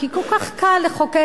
כי כל כך קל לחוקק.